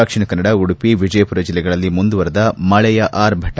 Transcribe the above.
ದಕ್ಷಿಣಕನ್ನಡ ಉಡುಪಿ ವಿಜಯಮರ ಜಿಲ್ಲೆಗಳಲ್ಲಿ ಮುಂದುವರೆದ ಮಳೆಯ ಆರ್ಭಟ